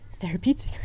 therapeutic